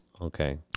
Okay